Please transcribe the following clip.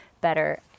better